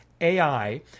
AI